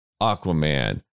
Aquaman